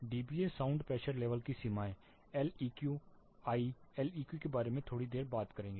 DBA sound pressure level की सीमाएं Leq I Leq के बारे में थोड़ी देर बात करेंगे